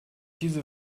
diese